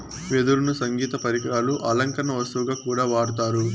వెదురును సంగీత పరికరాలు, అలంకరణ వస్తువుగా కూడా వాడతారు